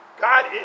God